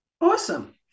Awesome